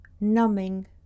Numbing